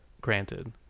granted